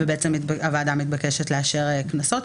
הוועדה מתבקשת לאשר קנסות.